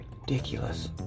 Ridiculous